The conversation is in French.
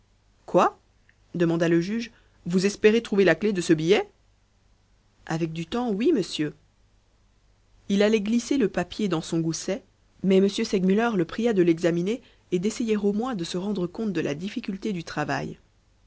quoi demanda le juge vous espérez trouver la clé de ce billet avec du temps oui monsieur il allait glisser le papier dans son gousset mais m segmuller le pria de l'examiner et d'essayer au moins de se rendre compte de la difficulté du travail